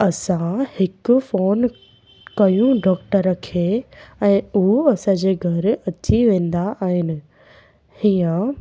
असां हिकु फोन कयूं डॉक्टर खे ऐं उहो असांजे घरु अची वेंदा आहिनि हीअं